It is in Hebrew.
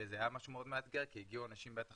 וזה היה משהו מאוד מאתגר הגיעו אנשים בטח